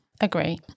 Agree